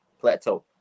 plateau